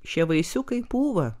šie vaisiukai pūva